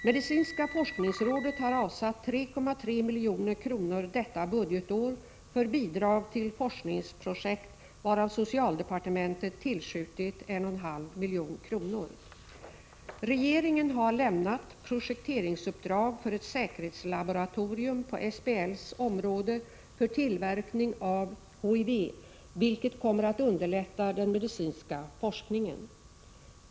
Medicinska forskningsrådet har avsatt 3,3 milj.kr. detta budgetår för bidrag till forskningsprojekt, varav socialdepartementet tillskjutit 1,5 milj.kr. Regeringen har lämnat projekteringsuppdrag för ett säkerhetslaboratorium på SBL:s område för tillverkning av HIV, vilket kommer att underlätta den medicinska forskningen.